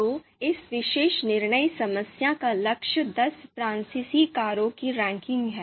तो इस विशेष निर्णय समस्या का लक्ष्य दस फ्रांसीसी कारों की रैंकिंग है